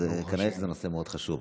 אז כנראה שזה נושא מאוד חשוב.